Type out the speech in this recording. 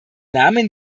namen